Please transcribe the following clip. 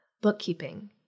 bookkeeping